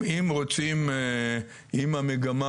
היום אם המגמה